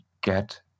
get